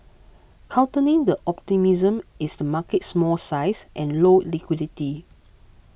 countering the optimism is the market's small size and low liquidity